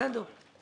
בסדר.